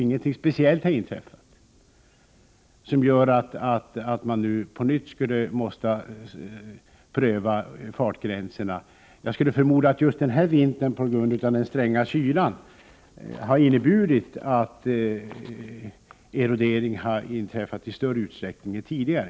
Inget speciellt har heller inträffat som gör att vi på nytt måste pröva fartgränserna. Jag skulle förmoda att det just denna vinter, på grund av den stränga kylan, har förekommit erodering i större utsträckning än tidigare.